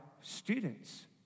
students